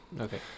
Okay